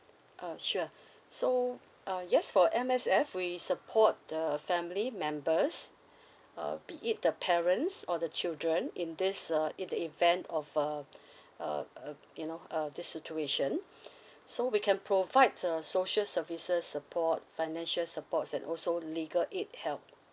uh sure so uh yes for M_S_F we support the family members uh be it the parents or the children in this uh in the event of uh uh uh you know uh this situation so we can provide uh social services support financial supports and also legal aid help